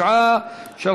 התשע"ז,